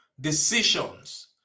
decisions